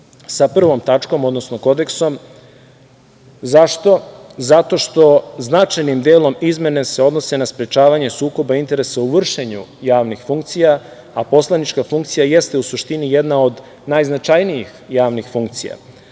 sa Prvom tačkom, odnosno Kodeksom. Zašto? Zato što značajnim delom izmene se odnose na sprečavanje sukoba interesa u vršenju javnih funkcija, a poslanička funkcija jeste u suštini jedna od najznačajnijih javnih funkcija. Ako